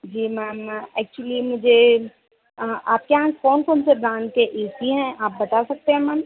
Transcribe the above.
जी ma'am मैं actually मुझे आपके यहाँ कौन कौन से ब्रांड के ए सी हैं आप बता सकते हैं मैम